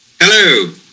Hello